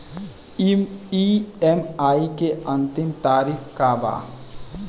EMI के अंतिम तारीख का बा?